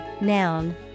noun